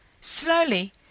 Slowly